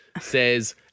says